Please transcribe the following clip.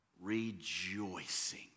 rejoicing